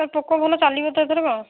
sir Poco ଭଲ ଚାଲିବ ତ ଏଥରକ